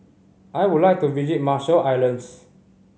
I would like to visit Marshall Islands